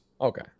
Okay